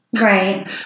Right